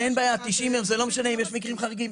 אין בעיה, 90 יום, זה לא משנה אם יש מקרים חריגים.